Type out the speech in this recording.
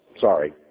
Sorry